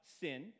sin